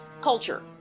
culture